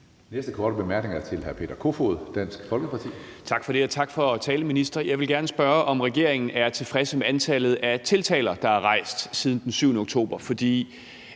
Næste korte bemærkning er til hr. Peter Kofod, Dansk Folkeparti. Kl. 12:47 Peter Kofod (DF): Tak for det, og tak for talen, minister. Jeg vil gerne spørge, om regeringen er tilfreds med antallet af tiltaler, der er rejst siden den 7. oktober. For